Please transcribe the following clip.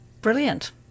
Brilliant